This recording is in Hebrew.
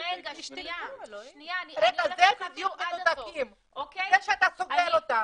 אני ביקשתי שלא יפריעו לך,